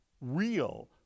real